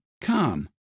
come